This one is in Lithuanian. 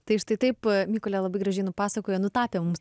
tai štai taip mykolė labai gražiai nupasakojo nutapė mums